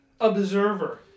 observer